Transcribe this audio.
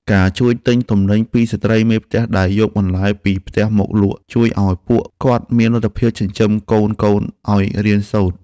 ការជួយទិញទំនិញពីស្ត្រីមេផ្ទះដែលយកបន្លែពីផ្ទះមកលក់ជួយឱ្យពួកគាត់មានលទ្ធភាពចិញ្ចឹមកូនៗឱ្យរៀនសូត្រ។